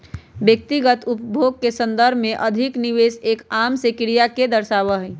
व्यक्तिगत उपभोग के संदर्भ में अधिक निवेश एक आम से क्रिया के दर्शावा हई